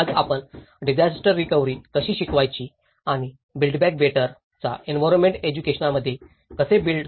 आज आपण disaster recovery कशी शिकवायची आणि बिल्ड बॅक बेटर चा एंवीरोन्मेण्ट एज्युकेशनामध्ये कसे बिल्ड याबद्दल चर्चा करणार आहोत